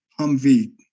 Humvee